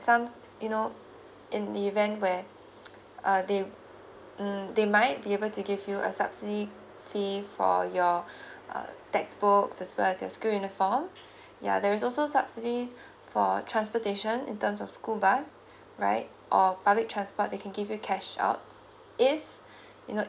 some you know in the event where uh they mm they might be able to give you a subsidy fees for your uh text books as well as your school uniform yeah there is also subsidies for transportation in terms of school bus right or public transport they can give you cash out if you know